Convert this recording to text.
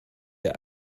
der